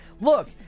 Look